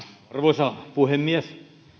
arvoisa puhemies